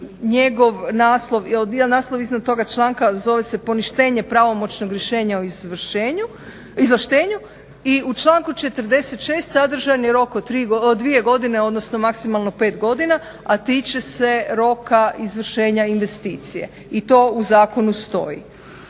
naslov, naslov iznad toga članka zove se poništenje pravomoćnog rješenja o izvlaštenju. I u članku 46. sadržan je rok od 2 godine odnosno maksimalno 5 godina a tiče se roka izvršenja investicije i to u zakonu stoji.